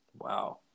wow